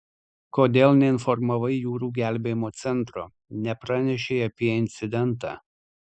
kodėl neinformavai jūrų gelbėjimo centro nepranešei apie incidentą